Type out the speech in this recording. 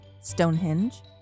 Stonehenge